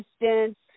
distance